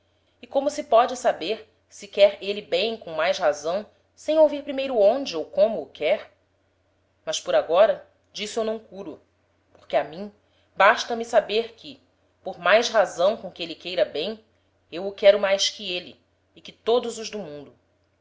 e como se póde saber se quer êle bem com mais razão sem ouvir primeiro onde ou como o quer mas por agora d'isso eu não curo porque a mim basta-me saber que por mais razão com que êle queira bem eu o quero mais que êle e que todos os do mundo